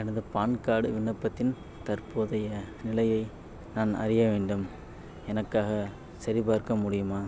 எனது PAN card விண்ணப்பத்தின் தற்போதைய நிலையை நான் அறிய வேண்டும் எனக்காகச் சரிபார்க்க முடியுமா